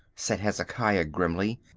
said hezekiah grimly.